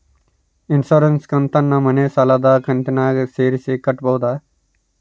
Insurance ಕಂತನ್ನ ಮನೆ ಸಾಲದ ಕಂತಿನಾಗ ಸೇರಿಸಿ ಕಟ್ಟಬೋದ?